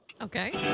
Okay